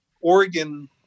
Oregon